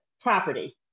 property